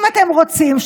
אם אתם רוצים,